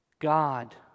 God